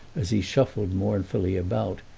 as he shuffled mournfully about,